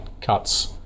cuts